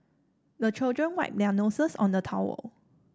the children wipe their noses on the towel